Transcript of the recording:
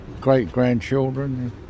great-grandchildren